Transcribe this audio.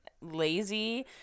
lazy